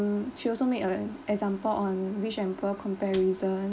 mm she also made a an example on rich and poor comparison